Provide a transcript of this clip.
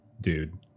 dude